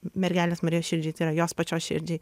mergelės marijos širdžiai tai yra jos pačios širdžiai